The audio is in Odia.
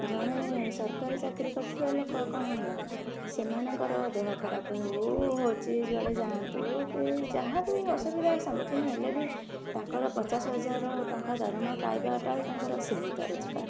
ଜଣେ ସରକାରୀ ଚାକିରୀ କରିଥିବା ଲୋକ କ'ଣ ହେଲା ସେମାନଙ୍କର ଦେହ ଖରାପ ହଉ ହେଉଛି ଯୁଆଡ଼େ ଯାଆନ୍ତୁ କି ଯାହା ବି ଅସୁବିଧା ସମ୍ମୁଖୀନ ହେଲେ ବି ତାଙ୍କର ପଚାଶ ହଜାର ଟଙ୍କା ଦରମା ପାଇବାଟା ତାଙ୍କର ସୀମିତ ରୋଜଗାର